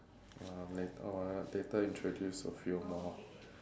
uh later ah later introduce a few more